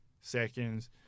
seconds